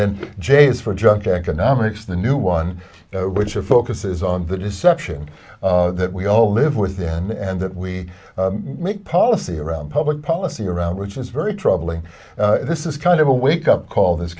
then jay's for junk economics the new one which are focuses on the deception that we all live with and that we make policy around public policy around which is very troubling this is kind of a wake up call this